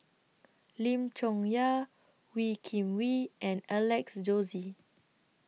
Lim Chong Yah Wee Kim Wee and Alex Josey